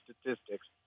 statistics